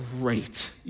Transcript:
great